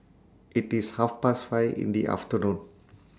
IT IS Half Past five in The afternoon